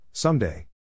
Someday